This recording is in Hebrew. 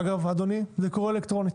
אגב אדוני, זה קורה אלקטרונית.